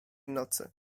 nocy